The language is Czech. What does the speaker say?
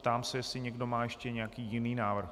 Ptám se, jestli někdo má ještě nějaký jiný návrh.